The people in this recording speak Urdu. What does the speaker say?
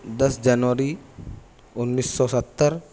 دس جنوری انیس سو ستر